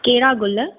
कहिड़ा गुल